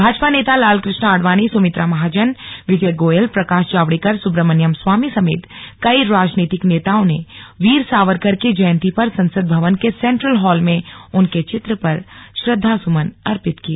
भाजपा नेता लालकृष्ण आडवाणी सुमित्रा महाजन विजय गोयल प्रकाश जावड़ेकर सुब्रमण्य्म स्वामी समेत कई राजनीतिक नेताओं ने वीर सावरकर की जयंती पर संसद भवन के सेन्ट्रल हॉल में उनके चित्र पर श्रद्वा सुमन अर्पित किये